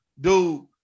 Dude